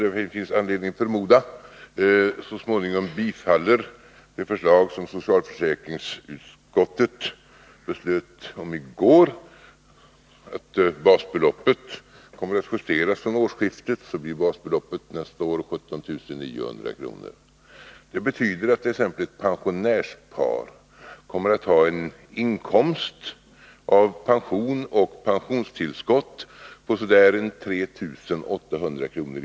Det finns anledning att förmoda att riksdagen så småningom bifaller det förslag som socialförsäkringsutskottet fattade beslut om i går, dvs. att basbeloppet skall justeras från årsskiftet till 17900 kr. Det betyder att t.ex. ett pensionärspar kommer att ha en inkomst av pension och pensionstillskott på ca 3 800 kr.